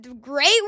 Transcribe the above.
great